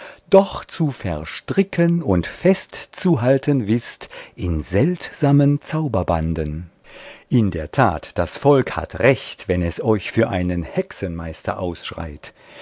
doch zu verstricken und festzuhalten wißt in seltsamen zauberbanden in der tat das volk hat recht wenn es euch für einen hexenmeister ausschreit